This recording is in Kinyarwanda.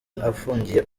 afungiye